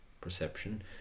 perception